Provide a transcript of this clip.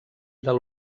del